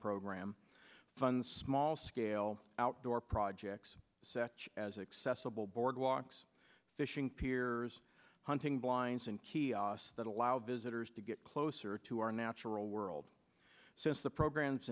program funds small scale outdoor projects such as accessible boardwalks fishing pier hunting blinds and kiosks that allow visitors to get closer to our natural world since the program